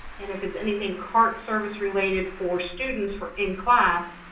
and if it's anything cart service-related for students for in class,